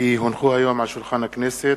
כי הונחו היום על שולחן הכנסת,